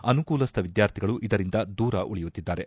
ಅನುಕೂಲಸ್ಥ ವಿದ್ಕಾರ್ಥಿಗಳು ಇದರಿಂದ ದೂರ ಉಳಿಯುತ್ತಿದ್ದಾರೆ